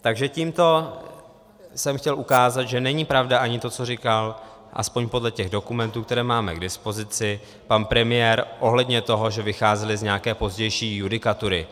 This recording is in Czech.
Takže tímto jsem chtěl ukázat, že není pravda ani to, co říkal, aspoň podle těch dokumentů, které máme k dispozici, pan premiér ohledně toho, že vycházely z nějaké pozdější judikatury.